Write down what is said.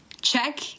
check